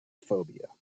phobia